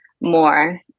more